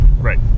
Right